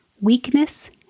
Weakness